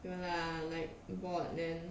no lah like bored then